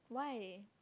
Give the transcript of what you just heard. why